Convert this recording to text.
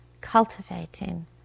cultivating